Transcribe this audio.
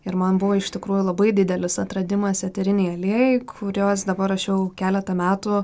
ir man buvo iš tikrųjų labai didelis atradimas eteriniai aliejai kuriuos dabar aš jau keletą metų